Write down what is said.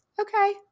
okay